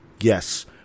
Yes